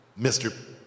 Mr